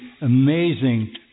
amazing